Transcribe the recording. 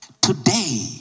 Today